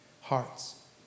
hearts